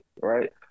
right